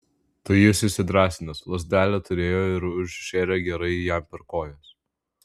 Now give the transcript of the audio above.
tai jis įsidrąsinęs lazdelę turėjo ir užšėrė gerai jam per kojas